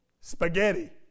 spaghetti